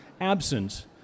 absent